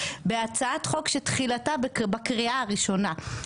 בהצעת חוק שתחילתה בקריאה הראשונה.